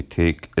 take